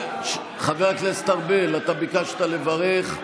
חבר הכנסת ארבל, ביקשת לברך.